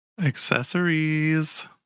Accessories